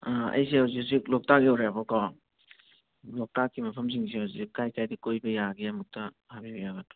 ꯑꯩꯁꯤ ꯍꯧꯖꯤꯛ ꯍꯧꯖꯤꯛ ꯂꯣꯛꯇꯥꯛ ꯌꯧꯔꯦꯕꯀꯣ ꯂꯣꯛꯇꯥꯛꯀꯤ ꯃꯐꯝꯁꯤꯡꯁꯦ ꯍꯧꯖꯤꯛ ꯀꯥꯏ ꯀꯥꯏꯗ ꯀꯣꯏꯕ ꯌꯥꯒꯦ ꯑꯃꯨꯛꯇ ꯍꯥꯏꯕꯤꯕ ꯌꯥꯒꯗ꯭ꯔꯥ